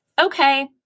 okay